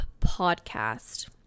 podcast